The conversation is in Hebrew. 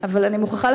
תודה רבה.